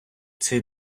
цей